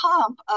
pump